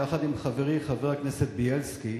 יחד עם חברי חבר הכנסת בילסקי,